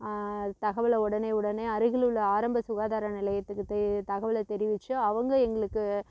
தகவலை உடனே உடனே அருகிலுள்ள ஆரம்ப சுகாதார நிலையத்துக்கிட்ட தெ தகவலை தெரிவித்து அவங்க எங்களுக்கு